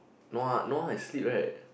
nua nua is sleep right